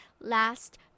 last